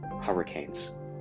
hurricanes